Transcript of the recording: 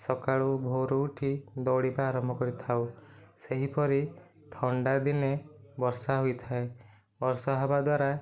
ସକାଳୁ ଭୋରରୁ ଉଠି ଦୌଡ଼ିବା ଆରମ୍ଭ କରିଥାଉ ସେହିପରି ଥଣ୍ଡା ଦିନେ ବର୍ଷା ହୋଇଥାଏ ବର୍ଷା ହେବା ଦ୍ୱାରା